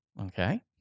Okay